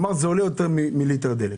כלומר עולה יותר מליטר דלק.